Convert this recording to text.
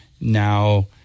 Now